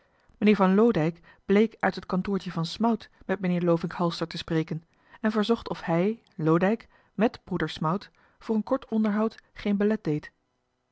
meneer van loodijck bleek uit het kantoortje van smout met meneer lovink halster te spreken en verzocht of hij loodijck mèt broeder smout voor een kort onderhoud geen belet deed